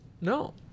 No